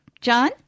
John